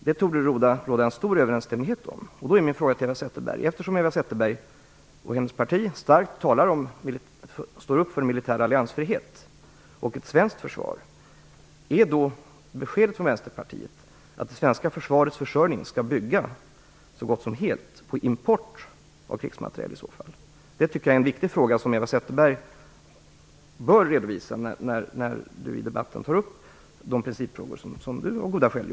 Det torde råda en stor samstämmighet om det. Då vill jag ställa en fråga till Eva Zetterberg, eftersom hon och hennes parti starkt talar för en militär alliansfrihet och ett svenskt försvar: Är beskedet från Vänsterpartiet att det svenska försvarets försörjning skall bygga så gott som helt på import av krigsmateriel? Det är en viktig fråga, som Eva Zetterberg bör svara på, när hon i debatten har tagit upp dessa principfrågor - av goda skäl.